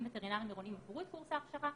וטרינריים עירוניים עברו את קורס ההכשרה,